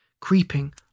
creeping